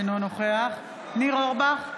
אינו נוכח ניר אורבך,